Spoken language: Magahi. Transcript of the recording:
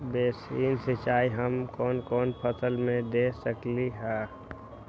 बेसिन सिंचाई हम कौन कौन फसल में दे सकली हां?